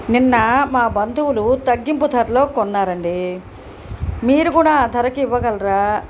నిన్న మా బంధువులు తగ్గింపు ధరలో కొన్నారండి మీరు కూడా ఆ ధరకి ఇవ్వగలరా